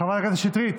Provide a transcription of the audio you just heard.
חברת הכנסת שטרית.